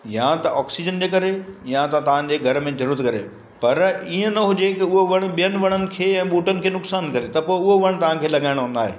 या त ऑक्सीजन जे करे या त तव्हांजे घर में ज़रूरत करे पर ईअं न हुजे की उहा वण ॿियनि वणनि खे या ॿूटनि खे नुक़सान करे त पोइ उहो वण तव्हांखे लॻाइणो न आहे